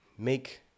make